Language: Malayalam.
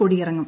കൊടിയിറങ്ങും